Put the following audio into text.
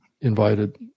invited